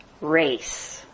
race